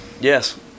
Yes